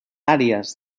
àrees